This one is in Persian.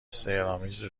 سحرآمیز